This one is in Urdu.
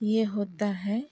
یہ ہوتا ہے